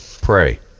pray